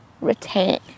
retain